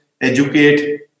educate